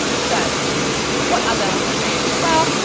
so what other things? well,